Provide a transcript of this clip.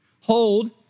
Hold